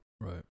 Right